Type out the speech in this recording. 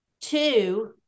two